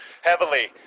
heavily